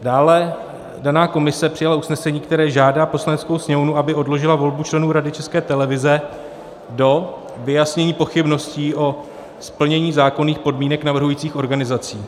Dále daná komise přijala usnesení, které žádá Poslaneckou sněmovnu, aby odložila volbu členů Rady České televize do vyjasnění pochybností o splnění zákonných podmínek navrhujících organizací.